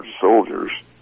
soldiers